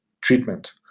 treatment